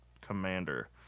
Commander